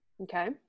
Okay